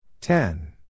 Ten